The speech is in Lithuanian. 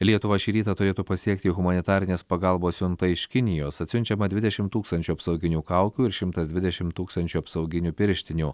lietuvą šį rytą turėtų pasiekti humanitarinės pagalbos siunta iš kinijos atsiunčiama dvidešimt tūkstančių apsauginių kaukių ir šimtas dvidešimt tūkstančių apsauginių pirštinių